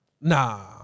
Nah